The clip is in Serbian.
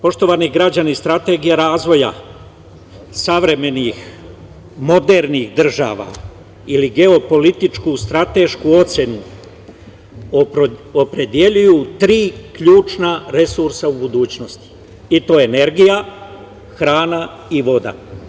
Poštovani građani, strategija razvoja savremenih, modernih država ili geopolitičku stratešku ocenu opredeljuju tri ključna resursa u budućnosti, i to energija, hrana i voda.